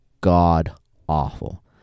god-awful